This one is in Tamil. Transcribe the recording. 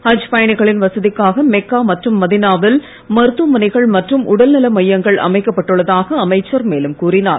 ஹஜ் பயணிகளின் வசதிக்காக மெக்கா மற்றும் மதினா வில் மருத்துவமனைகள் மற்றும் உடல்நல மையங்கள் அமைக்கப்பட்டுள்ளதாக அமைச்சர் மேலும் கூறினார்